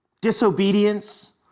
disobedience